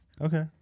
Okay